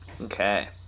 Okay